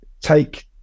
take